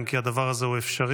אם כי הדבר הזה הוא אפשרי,